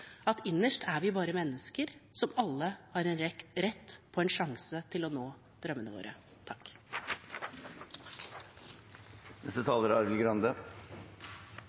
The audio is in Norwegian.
at innerst er vi bare mennesker, som alle har rett til en sjanse til å nå